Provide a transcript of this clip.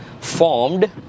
formed